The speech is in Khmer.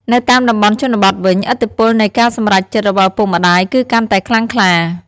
នៅតាមតំបន់ជនបទវិញ ឥទ្ធិពលនៃការសម្រេចចិត្តរបស់ឪពុកម្ដាយគឺកាន់តែខ្លាំងខ្លា។